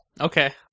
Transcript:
Okay